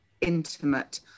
intimate